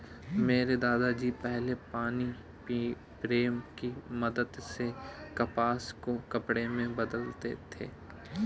मेरे दादा जी पहले पानी प्रेम की मदद से कपास को कपड़े में बदलते थे